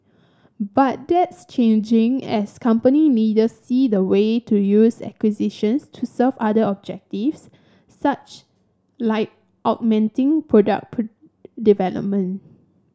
but that's changing as company leaders see the way to use acquisitions to serve other objectives such like augmenting product development